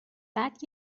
بعد